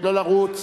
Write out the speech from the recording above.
לא לרוץ,